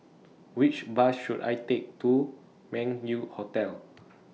Which Bus should I Take to Meng Yew Hotel